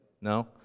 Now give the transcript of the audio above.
no